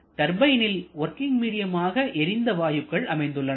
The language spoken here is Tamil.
டர்பைனில் வொர்கிங் மீடியம் ஆக எரிந்த வாயுக்கள் அமைந்துள்ளன